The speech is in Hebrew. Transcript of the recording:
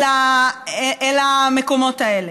אל המקומות האלה?